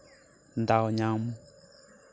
ᱫᱟᱣ ᱧᱟᱢ